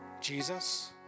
Jesus